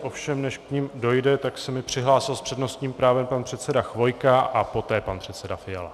Ovšem než k nim dojde, tak se mi přihlásil s přednostním právem pan předseda Chvojka a poté pan předseda Fiala.